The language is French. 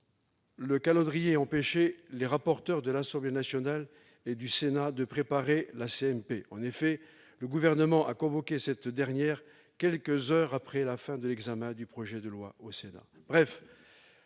le calendrier a empêché les rapporteurs de l'Assemblée nationale et du Sénat de préparer la commission mixte paritaire. En effet, le Gouvernement a convoqué cette dernière quelques heures après la fin de l'examen du projet de loi au Sénat.